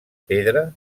pedra